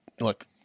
look